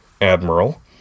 admiral